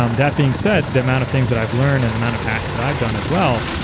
um that being said, the amount of things that i've learned in the amount of hacks that i've done as well,